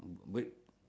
wait